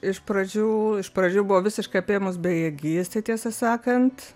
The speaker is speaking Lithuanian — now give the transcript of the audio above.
iš pradžių iš pradžių buvo visiškai apėmus bejėgystė tiesą sakant